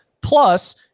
plus